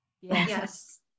Yes